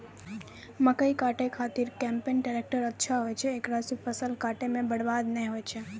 मकई काटै के खातिर कम्पेन टेकटर अच्छा होय छै ऐकरा से फसल काटै मे बरवाद नैय होय छै?